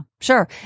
sure